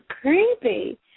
creepy